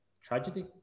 tragedy